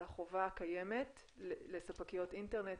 על החובה הקיימת לספקיות אינטרנט